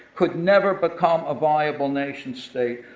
could never become a viable nation state,